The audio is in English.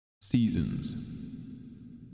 Seasons